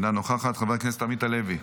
אינה נוכחת, חבר הכנסת עמית הלוי,